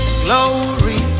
glory